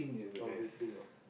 oh vaping ah